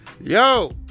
yo